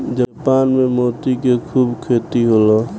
Japan में मोती के खूब खेती होला